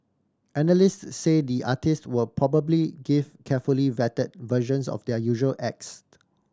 analyst say the artists will probably give carefully vetted versions of their usual acts